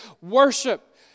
worship